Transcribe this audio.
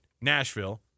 Nashville